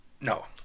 No